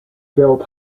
built